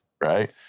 right